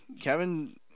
Kevin